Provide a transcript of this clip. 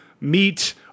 meet